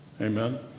Amen